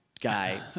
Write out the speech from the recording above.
guy